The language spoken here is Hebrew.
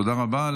תודה רבה.